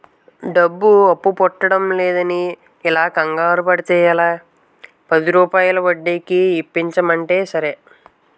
డబ్బు అప్పు పుట్టడంలేదని ఇలా కంగారు పడితే ఎలా, పదిరూపాయల వడ్డీకి ఇప్పించమంటే సరే